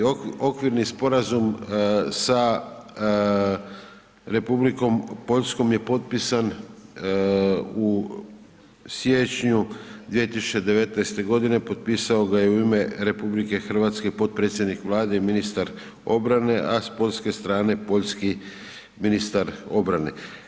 Okvirni sporazum sa Republikom Poljskom je potpisan u siječnju 2019. g. potpisao ga je u ime RH, potpredsjednik Vlade i ministar obrane, a s poljske strane poljski ministar obrane.